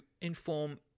inform